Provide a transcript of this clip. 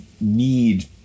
need